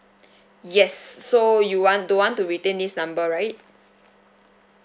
yes so you want don't want to retain this number right